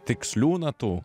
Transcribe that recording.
tikslių natų